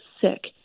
sick